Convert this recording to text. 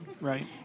Right